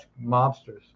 mobsters